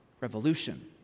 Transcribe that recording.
revolution